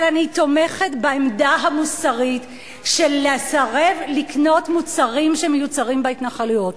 אבל אני תומכת בעמדה המוסרית של לסרב לקנות מוצרים שמיוצרים בהתנחלויות.